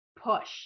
push